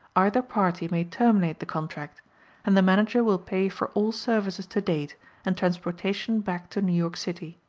either party may terminate the contract and the manager will pay for all services to date and transportation back to new york city.